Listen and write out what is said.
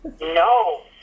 no